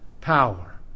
power